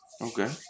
Okay